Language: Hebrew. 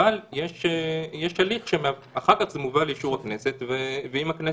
אבל יש הליך, אחר כך זה מובא לאישור הכנסת, למעשה,